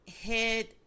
head